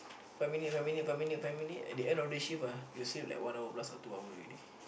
five minute five minute five minute five minute at the end of the shift ah you will sleep like one hour plus two hour already